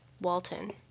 Walton